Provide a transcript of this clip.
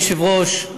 אדוני היושב-ראש,